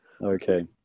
Okay